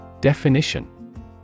Definition